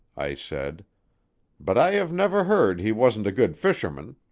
i said but i have never heard he wasn't a good fisherman,